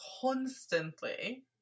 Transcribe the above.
constantly